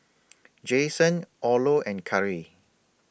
Jason Orlo and Kari